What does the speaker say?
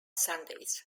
sundays